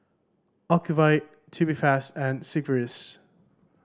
Ocuvite Tubifast and Sigvaris